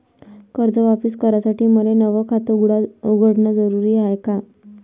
कर्ज वापिस करासाठी मले नव खात उघडन जरुरी हाय का?